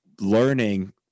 learning